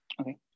okay